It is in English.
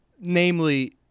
namely –